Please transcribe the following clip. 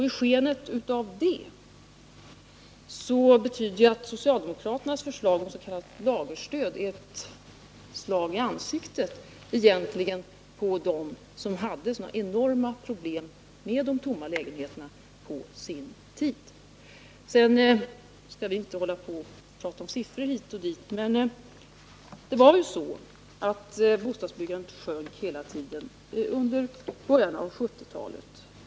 I skenet av det blir socialdemokraternas förslag om s.k. lagerstöd egentligen ett slag i ansiktet på dem som på sin tid hade sådana enorma problem med de tomma lägenheterna. Vi skall visserligen inte tjata om siffror, men jag vill ändå påminna om att bostadsbyggandet ständigt sjönk under början av 1970-talet.